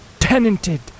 Tenanted